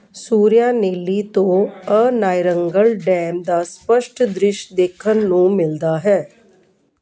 ਸੂਰਿਆਨੇਲੀ ਤੋਂ ਅਨਾਇਰੰਗਲ ਡੈਮ ਦਾ ਸਪਸ਼ਟ ਦ੍ਰਿਸ਼ ਦੇਖਣ ਨੂੰ ਮਿਲਦਾ ਹੈ